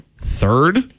third